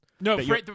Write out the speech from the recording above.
no